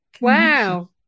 Wow